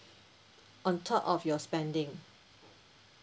on top of your spending